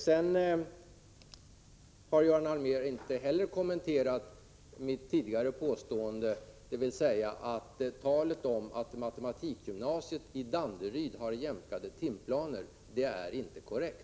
Göran Allmér har inte heller kommenterat mitt tidigare påstående att talet om att matematikgymnasiet i Danderyd har jämkade timplaner inte är korrekt.